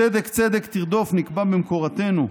צדק צדק תרדוף, נקבע במקורותינו.